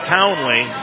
Townley